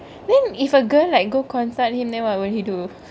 then if a girl like go consult him then what would he do